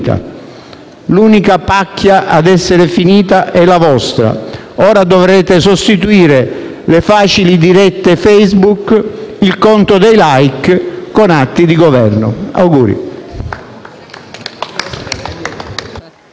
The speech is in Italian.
L'unica pacchia ad essere finita è la vostra. Ora dovrete sostituire le facili dirette Facebook e il conto dei *like* con atti di Governo. Auguri